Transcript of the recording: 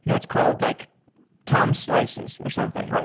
you know it's called like tom's slices or something.